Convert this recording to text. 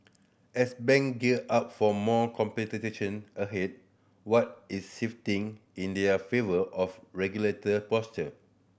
as bank gear up for more competition ahead what is shifting in their favour of regulator posture